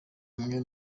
umwe